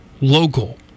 local